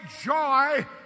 joy